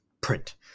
print